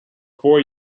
four